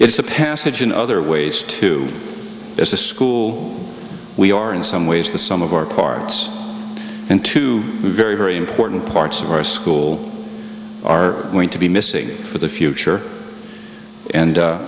it's a passage in other ways too as a school we are in some ways the sum of our parts and two very very important parts of our school are going to be missing for the future and